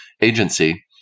agency